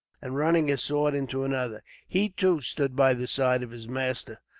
and running his sword into another, he, too, stood by the side of his master.